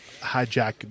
hijack